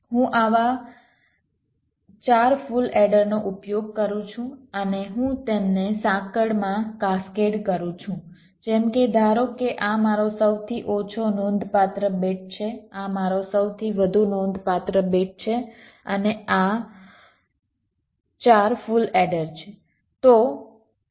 હું આવા 4 ફુલ એડરનો ઉપયોગ કરું છું અને હું તેમને સાંકળમાં કાસ્કેડ કરું છું જેમ કે ધારો કે આ મારો સૌથી ઓછો નોંધપાત્ર બીટ છે આ મારો સૌથી વધુ નોંધપાત્ર બીટ છે અને આ 4 ફુલ એડર છે